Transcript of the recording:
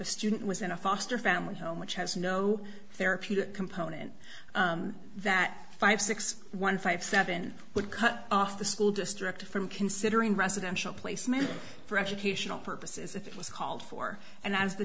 a student was in a foster family home which has no therapeutic component that five six one five seven would cut off the school district from considering residential placement for educational purposes if it was called for and as the